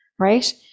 Right